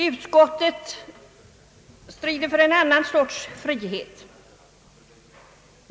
Utskottet strider för en annan sorts frihet.